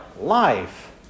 life